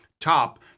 top